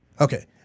Okay